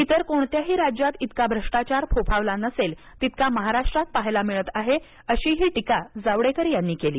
इतर कोणत्याही राज्यात इतका भ्रष्टाचार फोफावला नसेल तितका महाराष्ट्रात पाहायला मिळत आहे अशीही टीका जावडेकर यांनी यावेळी केली